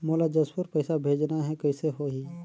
मोला जशपुर पइसा भेजना हैं, कइसे होही?